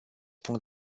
punct